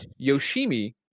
Yoshimi